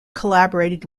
collaborated